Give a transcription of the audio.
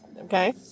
Okay